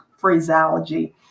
phraseology